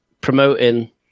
promoting